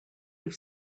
have